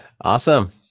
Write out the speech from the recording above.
Awesome